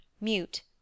mute